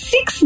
Six